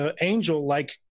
angel-like